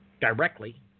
Directly